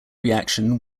reaction